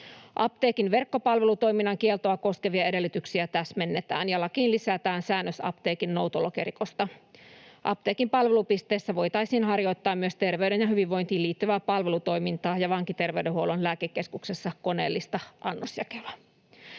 Apteekin verkkopalvelutoiminnan kieltoa koskevia edellytyksiä täsmennetään, ja lakiin lisätään säännös apteekin noutolokerikosta. Apteekin palvelupisteessä voitaisiin harjoittaa myös terveyteen ja hyvinvointiin liittyvää palvelutoimintaa ja vankiterveydenhuollon lääkekeskuksessa koneellista annosjakelua.